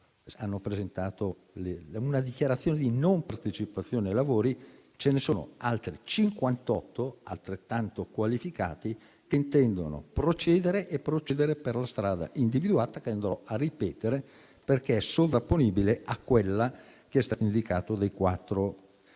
hanno presentato una dichiarazione di non partecipazione ai lavori, ma ce ne sono altri 58, altrettanto qualificati, che intendono procedere per la strada individuata, che andrò a ripetere, perché è sovrapponibile a quella che è stata indicata dai quattro